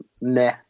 Nah